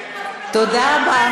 תודה רבה.